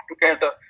together